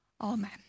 Amen